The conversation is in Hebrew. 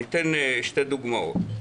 אתן שתי דוגמאות.